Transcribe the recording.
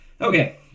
Okay